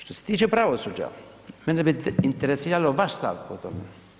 Što se tiče pravosuđa, mene bi interesiralo vaš stav o tome.